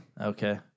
Okay